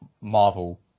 Marvel